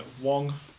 Wong